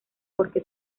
porque